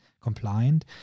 compliant